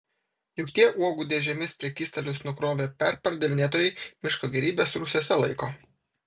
juk tie uogų dėžėmis prekystalius nukrovę perpardavinėtojai miško gėrybes rūsiuose laiko